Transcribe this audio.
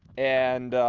and